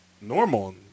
normal